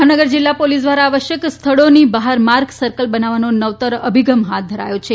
ભાવનગર જીલ્લા પોલીસ ધ્વારા આવશ્યક સ્થળોની બહાર માર્ક સર્કલ બનાવવાનો નવતર અભિગમ હાથ ધરાયો છે